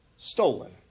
stolen